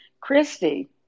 Christy